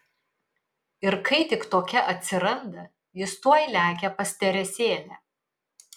ir kai tik tokia atsiranda jis tuoj lekia pas teresėlę